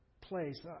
place